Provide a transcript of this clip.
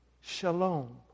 Shalom